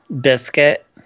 Biscuit